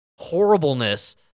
horribleness